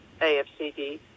AFCD